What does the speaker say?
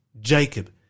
Jacob